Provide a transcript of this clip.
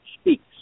Speaks